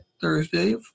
Thursday